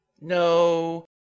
No